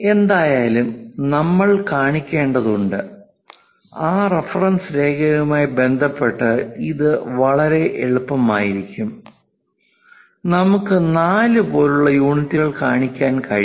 എന്തായാലും നമ്മൾ കാണിക്കേണ്ടതുണ്ട് ആ റഫറൻസ് രേഖയുമായി ബന്ധപ്പെട്ട് ഇത് വളരെ എളുപ്പമായിരിക്കും നമുക്ക് 4 പോലുള്ള യൂണിറ്റുകൾ കാണിക്കാൻ കഴിയും